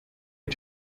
did